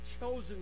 chosen